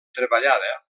treballada